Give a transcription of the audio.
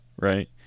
right